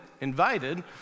invited